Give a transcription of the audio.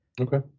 Okay